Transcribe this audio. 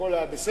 הכול היה בסדר,